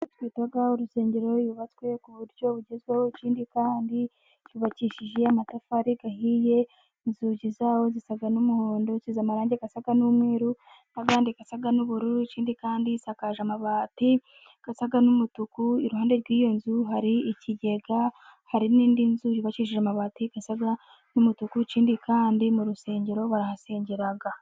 Twigira ku urusengero rwubatswe ku buryo bugezweho, ikindi kandi rwubakishije amatafari ahiye, inzugi zarwo zisa n'umuhondo zisize amarangi asa n'umweru, n'irindi risa n'ubururu ikindi kandi rusakaje amabati asa n'umutuku iruhande rw'iyo nzu hari ikigega, hari n'indi nzu zubakishije amabati asa n'umutuku, kandi mu rusengero barahasengera.